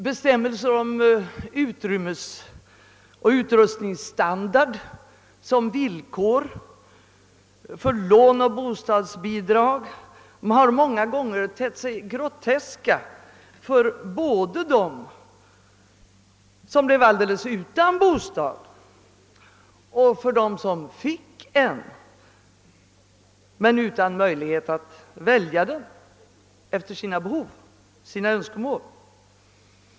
Bestämmelserna om utrymmesoch utrustningsstandard som villkor för lån och bostadsbidrag har många gånger tett sig groteska såväl för dem som blivit helt utan bostad som för dem som fått en men varit utan möjlighet att välja efter sina behov, enligt sina önskemål.